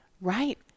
Right